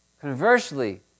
Conversely